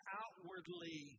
outwardly